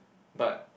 but